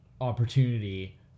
opportunity